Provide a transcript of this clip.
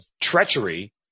treachery